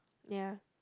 ya